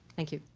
thank you.